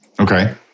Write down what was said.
Okay